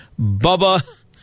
Bubba